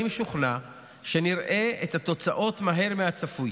אני משוכנע שנראה את התוצאות מהר מהצפוי.